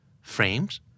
Frames